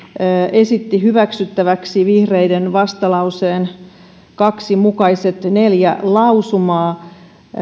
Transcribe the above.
esitti hyväksyttäväksi vihreiden vastalauseen kaksi mukaiset neljä lausumaa